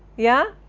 yeah?